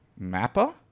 Mappa